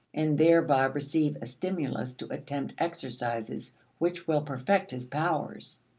and thereby receive a stimulus to attempt exercises which will perfect his powers.